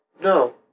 No